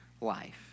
life